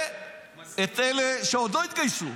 ואת אלה שעוד לא התגייסו.